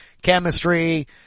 Chemistry